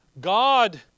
God